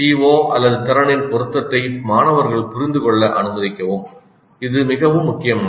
CO திறனின் பொருத்தத்தை மாணவர்கள் புரிந்துகொள்ள அனுமதிக்கவும் இது மிகவும் முக்கியமானது